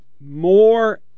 more